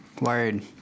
Word